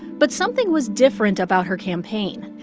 but something was different about her campaign.